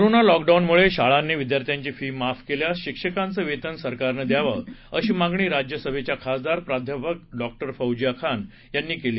corona लॉकडाऊनमुळे शाळांनी विद्यार्थ्यांची फी माफ केल्यास शिक्षकांचं वेतन सरकारनं द्यावं अशी मागणी राज्यसभेच्या खासदार प्राध्यापक डॉक्टर फौजिया खान यांनी केली